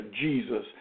Jesus